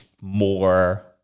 more